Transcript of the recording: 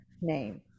name